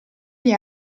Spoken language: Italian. gli